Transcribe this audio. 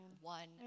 one